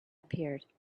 appeared